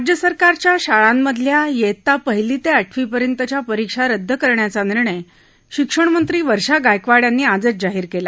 राज्य सरकारच्या शाळांमधल्या इयत्ता पहिली ते आठवीपर्यंतच्या परीक्षा रद्द करण्याचा निर्णय शिक्षणमंत्री वर्षा गायकवाड यांनी आजच जाहीर केला